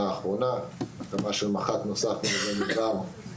האחרונה והקמה של מח״ט נוסף ב ---,